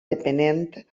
depenent